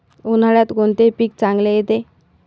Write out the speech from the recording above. उन्हाळ्यात कोणते पीक चांगले येते?